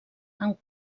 amb